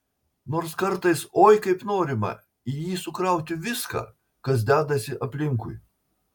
nors kartais oi kaip norima į jį sukrauti viską kas dedasi aplinkui